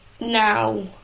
now